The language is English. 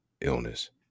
illness